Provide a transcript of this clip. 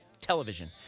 television